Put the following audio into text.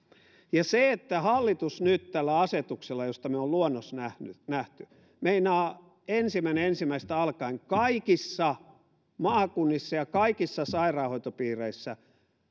ja kun hallitus nyt tällä asetuksella josta me olemme luonnoksen nähneet meinaa ensimmäinen kuudetta alkaen kaikissa maakunnissa ja kaikissa sairaanhoitopiireissä